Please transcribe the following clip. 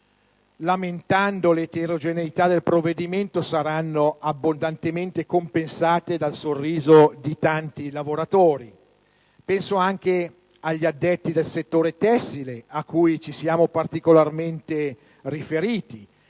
lamentando l'eterogeneità del provvedimento saranno abbondantemente compensate dal sorriso di tanti lavoratori. Penso anche agli addetti del settore tessile, a cui ci siamo particolarmente riferiti,